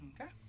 Okay